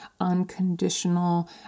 unconditional